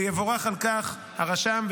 ויבורך על כך הרשם,